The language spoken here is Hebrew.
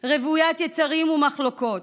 רוויות יצרים ומחלוקות,